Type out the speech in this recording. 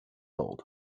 old